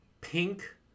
pink